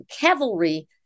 cavalry